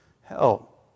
hell